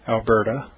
Alberta